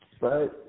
right